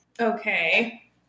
Okay